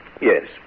Yes